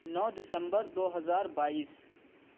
نو دسمبر دو ہزار بائیس